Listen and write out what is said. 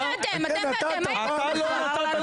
כן, נתת, פעם אחת.